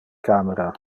camera